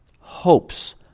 hopes